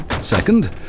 Second